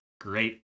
great